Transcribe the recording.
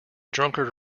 drunkard